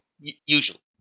Usually